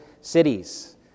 cities